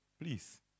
please